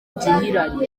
gihirahiro